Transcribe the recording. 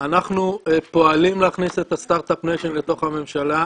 אנחנו פועלים להכניס את הסטרטאפ ניישן לתוך הממשלה,